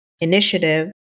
initiative